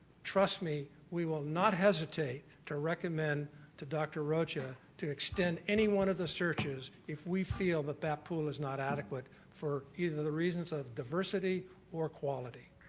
trust me, we will not hesitate to recommend to dr. rocha to extend any one of the searches if we feel that that pool is not adequate for either the reasons of diversity or quality.